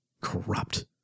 corrupt